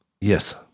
Yes